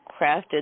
crafted